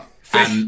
Fish